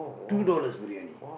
two dollars briyani